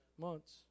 months